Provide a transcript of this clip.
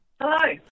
Hello